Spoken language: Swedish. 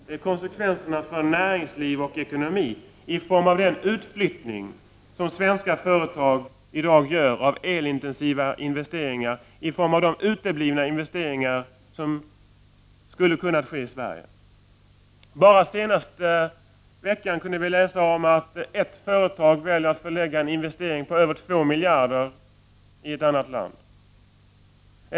Det är konsekvensen för näringsliv och ekonomi genom den utflyttning som svenska företag gör av elintensiva investeringar, dvs. investeringar som skulle ha kunnat göras i Sverige. Bara den senaste veckan kunde vi läsa att ett företag väljer att förlägga en investering på över 2 miljarder utomlands.